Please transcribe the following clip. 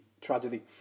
tragedy